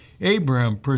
Abraham